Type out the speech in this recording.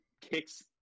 kicks